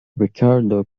ricardo